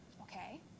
Okay